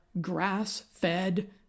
grass-fed